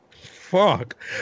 Fuck